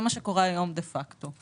זה מה שקורה היום דה פקטו.